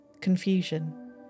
Confusion